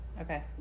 Okay